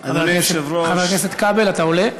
היושב-ראש, חבר הכנסת כבל, אתה עולה?